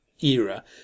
era